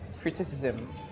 criticism